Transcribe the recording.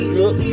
look